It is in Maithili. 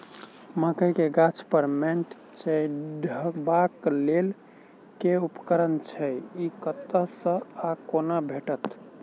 मकई गाछ पर मैंट चढ़ेबाक लेल केँ उपकरण छै? ई कतह सऽ आ कोना भेटत?